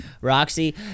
Roxy